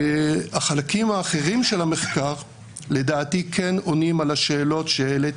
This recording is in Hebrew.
החלקים האחרים של המחקר לדעתי כן עונים על השאלות שהעלית.